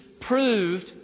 proved